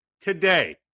today